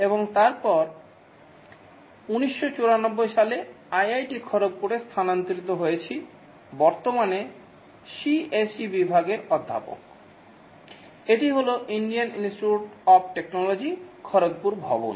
এবং তারপর ১৯৯৪ সালে আইআইটি খড়গপুরে স্থানান্তরিত হয়েছি বর্তমানে সিএসই বিভাগের অধ্যাপক এটি হল Indian Institute of Technology Kharagpur ভবন